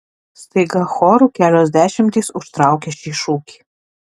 staiga choru kelios dešimtys užtraukia šį šūkį